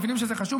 מבינים שזה חשוב,